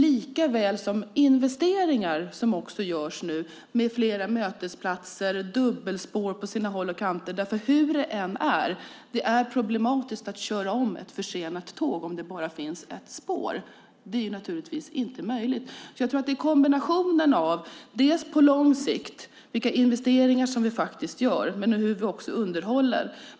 Men det görs också investeringar, med fler mötesplatser och dubbelspår på sina håll. Trots allt är det problematiskt att köra om ett försenat tåg om det bara finns ett spår. Det är naturligtvis inte möjligt. Jag tror att det är en kombination av vilka investeringar som vi gör på lång sikt och hur vi underhåller.